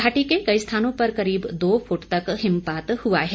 घाटी के कई स्थानों पर करीब दो फुट तक हिमपात हुआ है